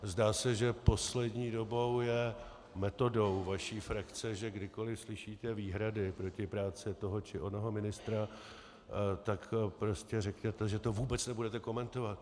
Zdá se, že poslední dobou je metodou vaší frakce, že kdykoliv slyšíte výhrady proti práci toho či onoho ministra, tak prostě řeknete, že to vůbec nebudete komentovat.